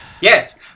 Yes